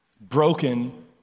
broken